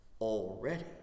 Already